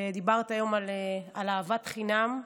ודיברת היום על אהבת חינם.